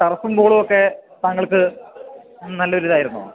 ടറഫും ബോളുമൊക്കെ താങ്കൾക്ക് നല്ലൊരിതായിരുന്നോ